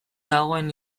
dagoen